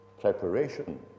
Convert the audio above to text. preparation